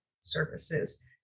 services